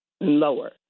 lower